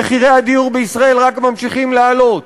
מחירי הדיור בישראל רק ממשיכים לעלות.